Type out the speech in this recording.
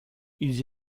ils